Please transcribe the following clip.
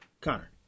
Connor